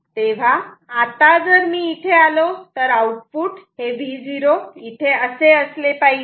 तेव्हा आता जर मी इथे आलो तर आउटपुट हे Vo इथे असे असले पाहिजे